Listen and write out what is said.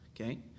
Okay